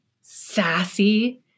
sassy